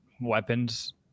weapons